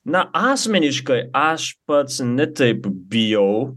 na asmeniškai aš pats ne taip bijau